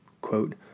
Quote